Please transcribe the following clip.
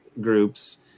groups